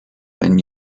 and